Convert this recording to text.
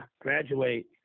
graduate